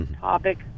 topic